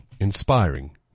inspiring